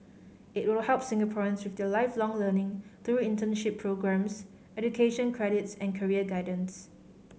it will help Singaporeans with their Lifelong Learning through internship programmes education credits and career guidance